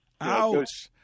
ouch